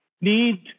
need